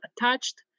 attached